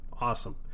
Awesome